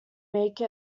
make